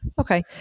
okay